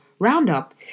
Roundup